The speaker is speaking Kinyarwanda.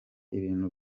ibintu